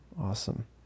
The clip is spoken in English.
Awesome